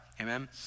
amen